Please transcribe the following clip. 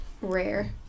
Rare